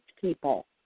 people